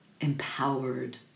empowered